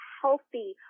healthy